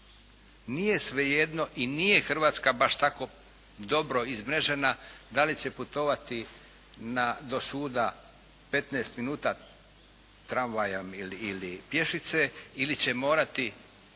Nije svejedno i nije Hrvatska baš tako dobro izmrežena da li će putovati do suda 15 minuta tramvajem ili pješice ili će morati